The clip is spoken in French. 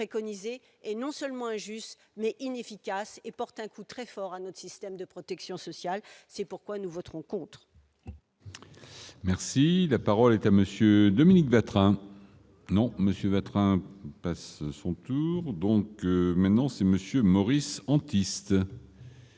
est non seulement injuste n'est inefficace et porte un coup très fort à notre système de protection sociale, c'est pourquoi nous voterons contre. Merci, la parole est à monsieur Dominique Vatrin non monsieur Vatrin passe son tour donc maintenant c'est Monsieur Maurice Antiste.